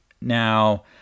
Now